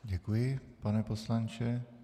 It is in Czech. Děkuji, pane poslanče.